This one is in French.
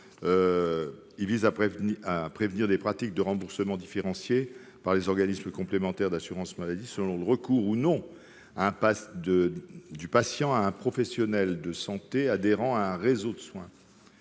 visent à prévenir des pratiques de remboursement différenciées par les organismes complémentaires d'assurance maladie selon que les patients ont recours ou non à un professionnel de santé adhérent à un réseau de soins.